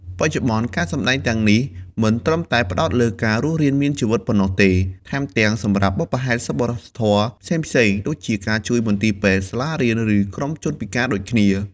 បច្ចុប្បន្ន ការសម្ដែងទាំងនេះមិនត្រឹមតែផ្តោតលើការរស់រានមានជីវិតប៉ុណ្ណោះទេ ថែមទាំងសម្រាប់បុព្វហេតុសប្បុរសធម៌ផ្សេងៗ ដូចជាការជួយមន្ទីរពេទ្យ សាលារៀន ឬក្រុមជនពិការដូចគ្នា។